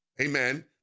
Amen